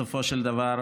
בסופו של דבר?